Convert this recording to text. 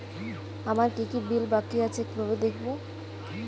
আমার কি কি বিল বাকী আছে কিভাবে দেখবো?